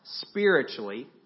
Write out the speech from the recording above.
spiritually